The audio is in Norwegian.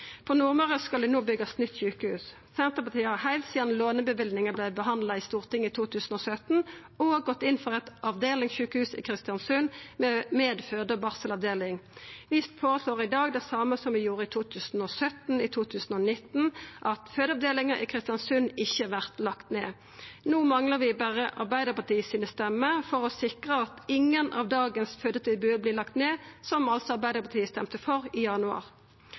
På Nordmøre skal det no byggjast nytt sjukehus. Senterpartiet har heilt sidan låneløyvinga vart behandla i Stortinget i 2017, òg gått inn for eit avdelingssjukehus i Kristiansund med føde- og barselavdeling. Vi føreslår i dag det same som vi gjorde i 2017 og i 2019, at fødeavdelinga i Kristiansund ikkje vert lagd ned. No manglar vi berre Arbeidarpartiet sine stemmer for å sikra at ingen av dagens fødetilbod vert lagde ned – som altså Arbeidarpartiet stemde for i januar.